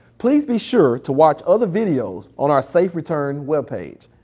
please be sure to watch other videos on our safe return web page.